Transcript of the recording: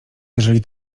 jeżeli